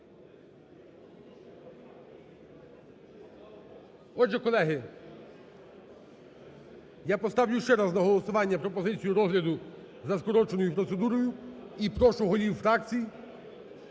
Отже, колеги, я поставлю ще раз на голосування пропозицію розгляду за скороченою процедурою, і прошу голів фракцій